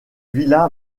villa